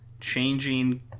changing